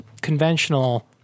conventional